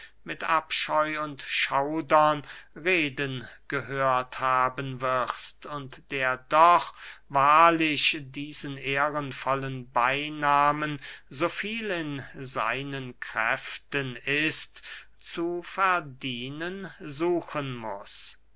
mit abscheu und schaudern reden gehört haben wirst und der doch wahrlich diesen ehrenvollen beynahmen so viel in seinen kräften ist zu verdienen suchen muß